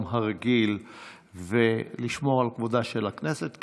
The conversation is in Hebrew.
הרגיל ולשמור על כבודה של הכנסת,